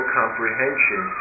comprehension